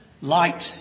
light